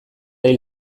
hil